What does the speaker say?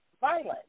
violence